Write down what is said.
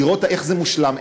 לראות איך זה מושלם,